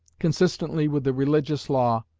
consistently with the religious law,